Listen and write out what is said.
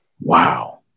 Wow